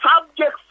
subjects